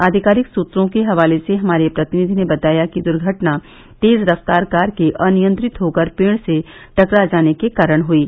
आधिकारिक सूत्रों के हवाले से हमारे प्रतिनिधि ने बताया कि दुर्घटना तेज रफ्तार कार के अनियंत्रित होकर पेड़ से टकरा जाने के कारण हुयी